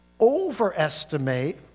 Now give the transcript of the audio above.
overestimate